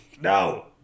no